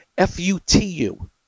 F-U-T-U